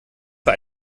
für